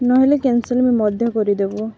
ନହେଲେ କ୍ୟାନ୍ସଲ୍ ବି ମଧ୍ୟ କରିଦେବୁ